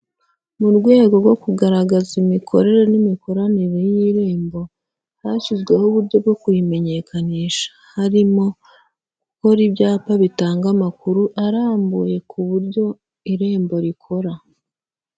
Mu rwego rwo kugaragaza imikorere n'imikoranire y'Irembo, hashyizweho uburyo bwo kurimenyekanisha, harimo gukora ibyapa bitanga amakuru arambuye ku buryo Irembo rikora.